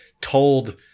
told